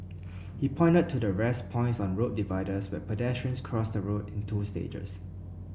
he pointed to the rest points on road dividers where pedestrians cross the road in two stages